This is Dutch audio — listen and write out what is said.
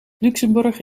luxemburg